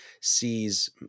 sees